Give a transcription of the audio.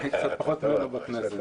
אני קצת פחות ממנו בכנסת.